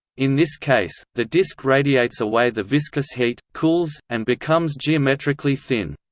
in this case, the disk radiates away the viscous heat, cools, and becomes geometrically thin.